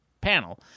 panel